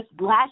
last